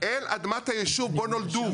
אל אדמת היישוב בו נולדו,